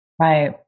Right